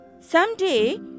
Someday